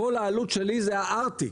כל העלות שלי זה הארטיק,